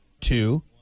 two